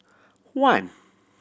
one